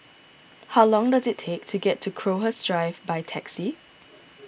how long does it take to get to Crowhurst Drive by taxi